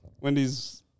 Wendy's